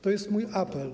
To jest mój apel.